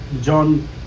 John